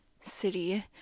city